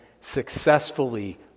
successfully